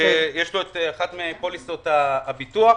שיש לו אחת מפוליסות הביטוח,